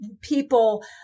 people